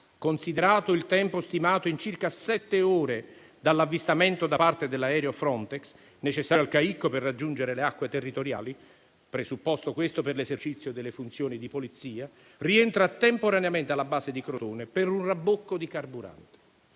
considerato il tempo stimato in circa sette ore dall'avvistamento da parte dell'aereo Frontex, necessario al caicco per raggiungere le acque territoriali (presupposto, questo, per l'esercizio delle funzioni di polizia), rientra temporaneamente alla base di Crotone per un rabbocco di carburante.